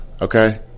Okay